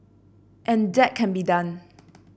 and that can be done